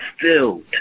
filled